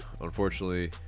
unfortunately